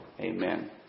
amen